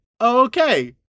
Okay